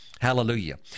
hallelujah